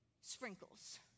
sprinkles